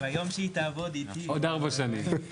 ביום שהיא תעבוד איתי --- עוד ארבע שנים.